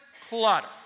clutter